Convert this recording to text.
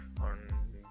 on